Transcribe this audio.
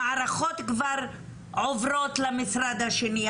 המערכות כבר עוברות למשרד השני.